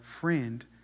friend